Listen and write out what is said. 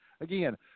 again